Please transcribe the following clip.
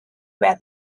where